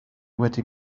wedi